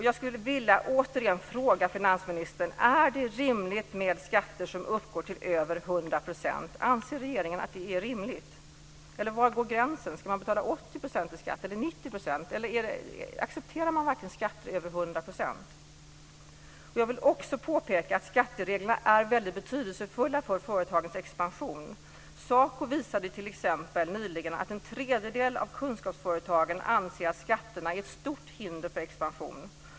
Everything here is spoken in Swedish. Jag skulle återigen vilja fråga finansministern: Är det rimligt med skatter som uppgår till över 100 %? Anser regeringen att det är rimligt? Var går gränsen? Ska man betala 80 % i skatt eller 90 %? Accepterar man verkligen skatter över 100 %? Jag vill också påpeka att skattereglerna är väldigt betydelsefulla för företagens expansion. SACO visade t.ex. nyligen att en tredjedel av kunskapsföretagen anser att skatterna är ett stort hinder för expansion.